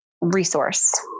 resource